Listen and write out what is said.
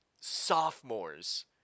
sophomores